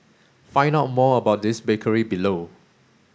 find out more about this bakery below